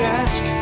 ask